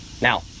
Now